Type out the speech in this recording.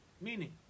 meaning